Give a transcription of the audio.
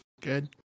Good